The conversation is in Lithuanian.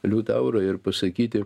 liutaurą ir pasakyti